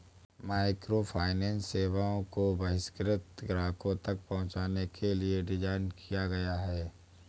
microfinance सेवाओं को बहिष्कृत ग्राहकों तक पहुंचने के लिए डिज़ाइन किया गया है